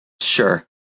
Sure